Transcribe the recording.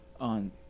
On